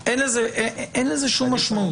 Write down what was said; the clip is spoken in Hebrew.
אין לזה שום משמעות.